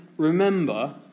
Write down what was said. Remember